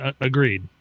Agreed